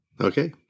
Okay